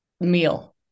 meal